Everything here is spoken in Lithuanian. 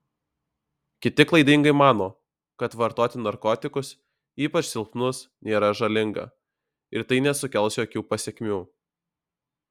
kiti klaidingai mano kad vartoti narkotikus ypač silpnus nėra žalinga ir tai nesukels jokių pasekmių